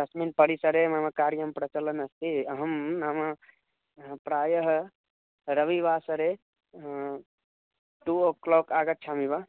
तस्मिन् परिसरे मम कार्यं प्रचलन्नस्ति अहं नाम प्रायः रविवासरे टु ओक्लोक् आगच्छामि वा